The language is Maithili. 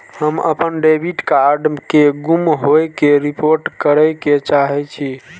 हम अपन डेबिट कार्ड के गुम होय के रिपोर्ट करे के चाहि छी